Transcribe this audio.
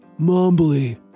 mumbly